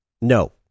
No